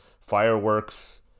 fireworks